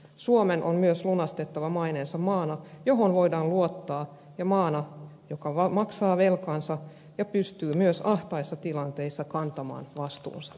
suomen on myös lunastettava maineensa maana johon voidaan luottaa ja maana joka maksaa velkansa ja pystyy myös ahtaissa tilanteissa kantamaan vastuunsa